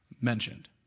mentioned